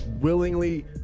willingly